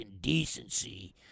decency